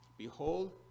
Behold